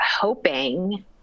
hoping